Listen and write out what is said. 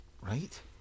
Right